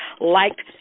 liked